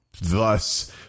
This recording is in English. Thus